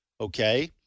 okay